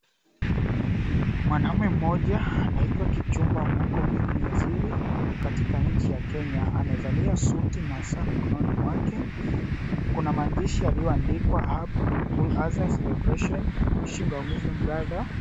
Mwanaume mmoja anaitwa Kipchumba Murkomen ni waziri katika nchi ya Kenya. Amevalia suti na saa mikononi mwake kuna maandishi yalityoandikwa HAPPY IDD-UL-AZHA CELEBRATION, wishing our muslim brother .